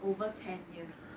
over ten years